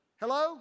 Hello